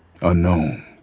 Unknown